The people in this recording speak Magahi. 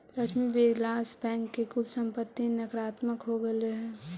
लक्ष्मी विलास बैंक की कुल संपत्ति नकारात्मक हो गेलइ हल